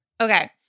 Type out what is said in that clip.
Okay